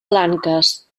blanques